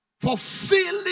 fulfilling